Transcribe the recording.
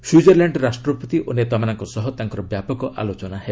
Switzerland ରାଷ୍ଟ୍ରପତି ଓ ନେତାମାନଙ୍କ ସହ ତାଙ୍କର ବ୍ୟାପକ ଆଲୋଚନା ହେବ